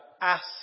ask